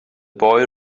boy